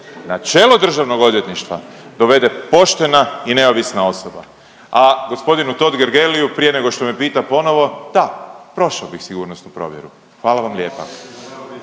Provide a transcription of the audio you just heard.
na čelo Državnog odvjetništva dovede poštena i neovisna osoba, a gospodinu Totgergeliju prije nego što me pita ponovo da, prošao bih sigurnosnu provjeru. Hvala vam lijepa.